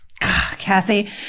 Kathy